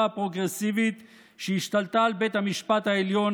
הפרוגרסיבית שהשתלטה על בית המשפט העליון,